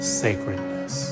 sacredness